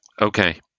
Okay